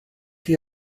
chi